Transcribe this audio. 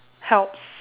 helps